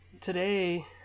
today